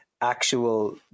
actual